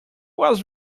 was